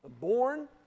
born